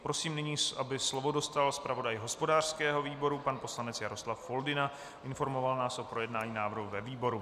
Prosím nyní, aby slovo dostal zpravodaj hospodářského výboru pan poslanec Jaroslav Foldyna, informoval nás o projednání návrhu ve výboru.